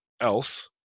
else